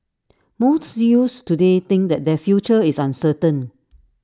most youths today think that their future is uncertain